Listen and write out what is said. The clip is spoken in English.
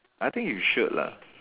I think you should lah